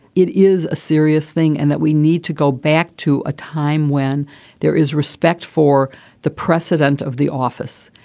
it is a serious thing and that we need to go back to a time when there is respect for the precedent of the office.